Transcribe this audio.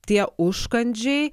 tie užkandžiai